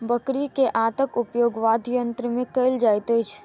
बकरी के आंतक उपयोग वाद्ययंत्र मे कयल जाइत अछि